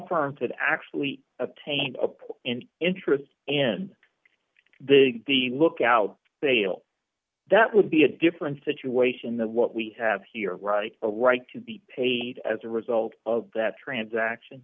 could actually obtain a point in interest in the the lookout sale that would be a different situation than what we have here right a right to be paid as a result of that transaction